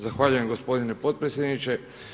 Zahvaljujem gospodine potpredsjedniče.